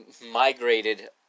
migrated